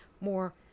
more